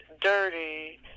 dirty